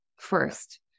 first